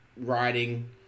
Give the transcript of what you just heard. riding